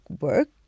work